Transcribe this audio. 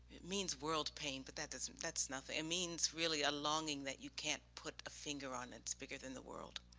it means world pain, but that doesn't that's nothing. it means really, a longing that you can't put a finger on that's bigger than the world.